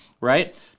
right